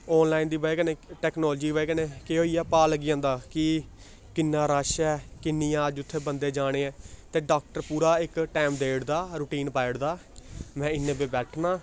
online दी ब'जा कन्नै टैक्नालोजी दी ब'जा कन्नै केह् होई गेआ पता लग्गी जंदा कि किन्ना रश ऐ किन्नी अज्ज उत्थै बंदे जाने ऐं ते डाक्टर पूरा इक टैम देई ओड़दा रोटीन पाई ओड़दा में इन्ने बजे बैठना